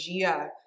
Gia